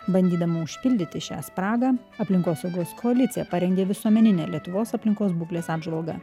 bandydama užpildyti šią spragą aplinkosaugos koalicija parengė visuomeninę lietuvos aplinkos būklės apžvalgą